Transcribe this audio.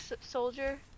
Soldier